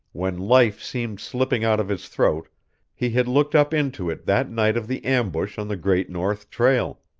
when life seemed slipping out of his throat he had looked up into it that night of the ambush on the great north trail.